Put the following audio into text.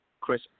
Chris